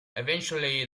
eventually